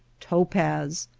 topaz,